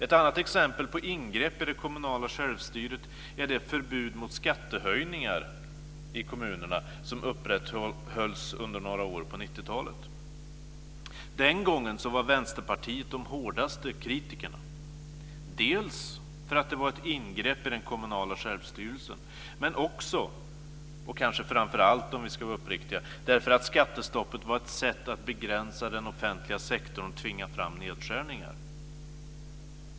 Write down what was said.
Ett annat exempel på ingrepp i det kommunala självstyret är det förbud mot skattehöjningar i kommunerna som upprätthölls under några år på 90-talet. Den gången var Vänsterpartiet den hårdaste kritikern, dels därför att det var ett ingrepp i den kommunala självstyrelsen, dels och kanske framför allt, om vi ska vara uppriktiga, därför att skattestoppet var ett sätt att begränsa den offentliga sektorn och tvinga fram nedskärningar.